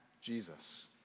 Jesus